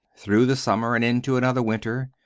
through the summer and into another winter.